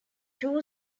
too